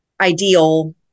ideal